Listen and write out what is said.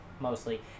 mostly